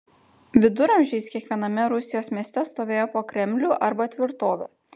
viduramžiais kiekviename rusijos mieste stovėjo po kremlių arba tvirtovę